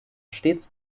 stets